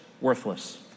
worthless